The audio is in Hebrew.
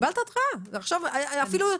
את יודעת,